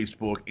Facebook